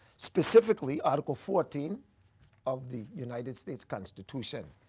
specifically article fourteen of the united states constitution,